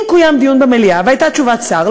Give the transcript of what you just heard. אם קוים דיון במליאה והייתה תשובת שר,